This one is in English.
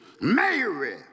Mary